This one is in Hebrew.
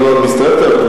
אם כבר את מסתמכת עליו,